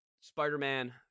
spider-man